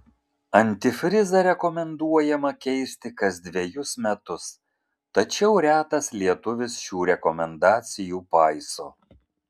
antifrizą rekomenduojama keisti kas dvejus metus tačiau retas lietuvis šių rekomendacijų paiso